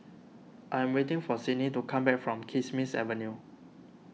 I am waiting for Sidney to come back from Kismis Avenue